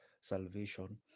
salvation